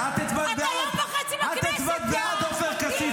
זו בושה וחרפה,